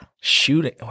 Shooting